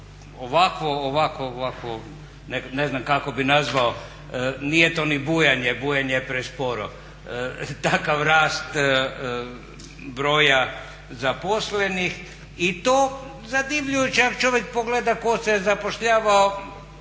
ovakvo ne znam kako bih nazvao, nije to ni bujanje, bujanje je presporo, takav rast broja zaposlenih. I to je zadivljujuće ako čovjek pogleda tko se zapošljavao